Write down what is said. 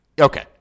Okay